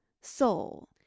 soul